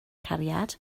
cariad